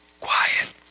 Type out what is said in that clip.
quiet